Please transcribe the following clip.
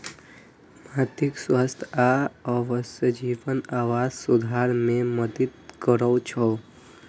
माटिक स्वास्थ्य आ वन्यजीवक आवास सुधार मे मदति करै छै